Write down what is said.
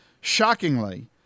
Shockingly